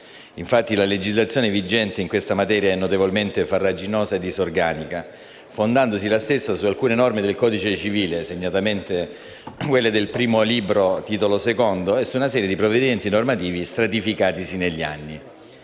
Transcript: Infatti, la legislazione vigente in questa materia è notevolmente farraginosa e disorganica, fondandosi la stessa su alcun norme del codice civile e segnatamente su quelle del libro I, titolo II, e su una serie di provvedimenti normativi stratificatisi negli anni.